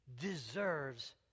deserves